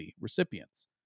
recipients